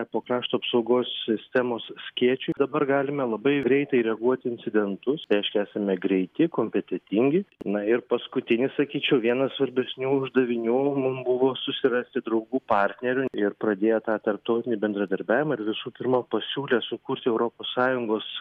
po krašto apsaugos sistemos skėčiu dabar galime labai greitai reaguot į incidentus reiškia esame greiti kompetentingi na ir paskutinis sakyčiau vienas svarbesnių uždavinių mum buvo susirasti draugų partnerių ir pradėjo tą tarptautinį bendradarbiavimą ir visų pirma pasiūlė sukurt europos sąjungos